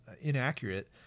inaccurate